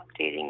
updating